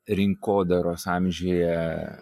rinkodaros amžiuje